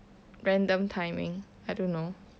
random timing I don't know